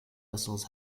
vessels